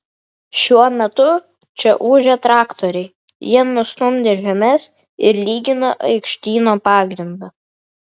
šiuo metu čia ūžia traktoriai jie nustumdė žemes ir lygina aikštyno pagrindą